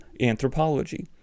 anthropology